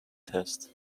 test